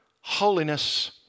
holiness